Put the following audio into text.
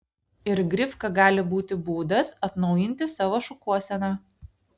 ir grifka gali būti būdas atnaujinti savo šukuoseną